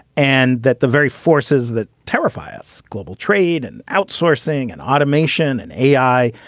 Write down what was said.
and that the very forces that terrify us global trade and outsourcing and automation and a i.